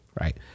right